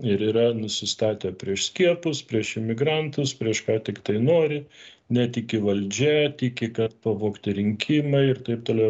ir yra nusistatę prieš skiepus prieš imigrantus prieš ką tiktai nori netiki valdžia tiki kad pavogti rinkimai ir taip toliau